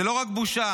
זאת לא רק בושה,